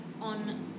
on